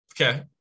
Okay